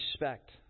respect